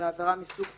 (א)בעבירה מסוג פשע"